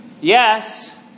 Yes